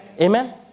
Amen